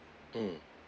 mm